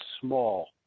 small